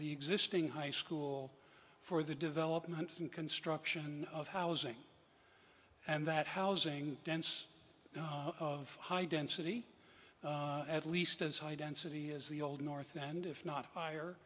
the existing high school for the development and construction of housing and that housing dense high density at least as high density as the old north and if not higher